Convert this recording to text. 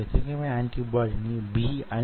ఈ వ్యక్తి నీటిలోకి దూకుతాడనుకుందాం